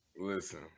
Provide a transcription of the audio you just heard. Listen